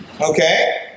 Okay